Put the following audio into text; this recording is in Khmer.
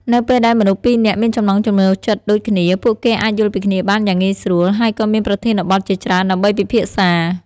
នៅពេលដែលមនុស្សពីរនាក់មានចំណង់ចំណូលចិត្តដូចគ្នា ពួកគេអាចយល់ពីគ្នាបានយ៉ាងងាយស្រួល ហើយក៏មានប្រធានបទជាច្រើនដើម្បីពិភាក្សា។